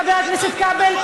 חבר הכנסת כבל.